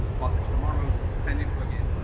publish tomorrow, send it through again,